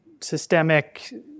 systemic